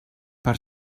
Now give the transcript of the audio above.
per